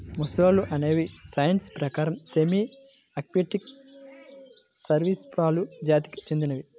మొసళ్ళు అనేవి సైన్స్ ప్రకారం సెమీ ఆక్వాటిక్ సరీసృపాలు జాతికి చెందినవి